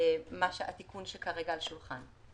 התיקון שכרגע על השולחן.